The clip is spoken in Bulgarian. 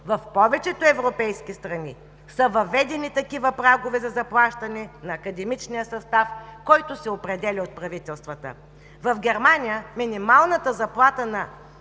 В повечето европейски страни са въведени такива прагове за заплащане на академичния състав, който се определя от правителствата. В Германия минималната заплата на